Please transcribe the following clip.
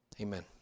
Amen